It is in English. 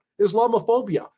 Islamophobia